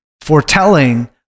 foretelling